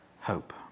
Hope